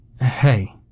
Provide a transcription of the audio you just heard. Hey